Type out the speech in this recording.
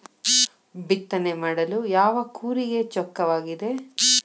ಬಿತ್ತನೆ ಮಾಡಲು ಯಾವ ಕೂರಿಗೆ ಚೊಕ್ಕವಾಗಿದೆ?